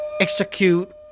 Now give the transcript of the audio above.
execute